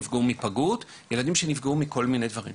מפגות ועוד ילדים שנפגעו מכל מיני דברים.